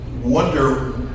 wonder-